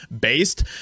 based